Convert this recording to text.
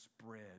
spread